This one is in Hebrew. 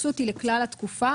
שההתייחסות היא לכלל התקופה,